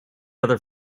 other